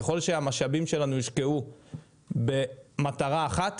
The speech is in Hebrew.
ככל שהמשאבים שלנו יושקעו במטרה אחת